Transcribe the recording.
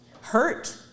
hurt